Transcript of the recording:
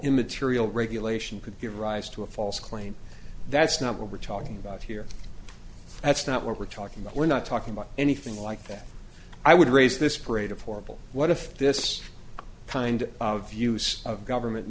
immaterial regulation could give rise to a false claim that's number we're talking about here that's not what we're talking about we're not talking about anything like that i would raise this parade of horribles what if this kind of use of government